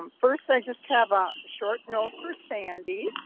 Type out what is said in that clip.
um first, i just have a short note for sandy,